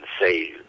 say